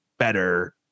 better